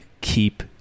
keep